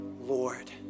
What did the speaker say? Lord